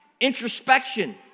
introspection